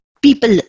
People